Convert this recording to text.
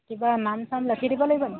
কিবা নাম চাম লেখি দিব লাগিব নি